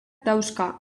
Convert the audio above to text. dauzka